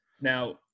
Now